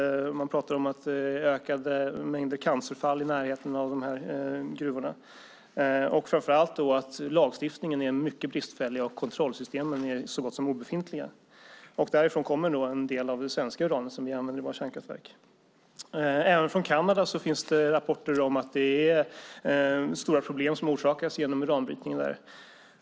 Man pratar om att det är en ökad mängd cancerfall i närheten av de här gruvorna. Framför allt är lagstiftningen mycket bristfällig, och kontrollsystemen är så gott som obefintliga. Därifrån kommer en del av det uran som vi använder i våra svenska kärnkraftverk. Även från Kanada finns det rapporter om att det är stora problem som orsakas genom uranbrytningen där.